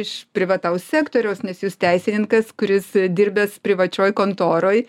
iš privataus sektoriaus nes jūs teisininkas kuris dirbęs privačioj kontoroj